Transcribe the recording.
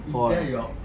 twenty four